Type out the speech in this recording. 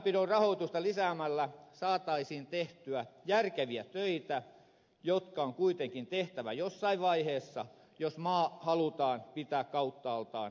perusväylänpidon rahoitusta lisäämällä saataisiin tehtyä järkeviä töitä jotka on kuitenkin tehtävä jossain vaiheessa jos maa halutaan pitää kauttaaltaan asuttuna